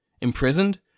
imprisoned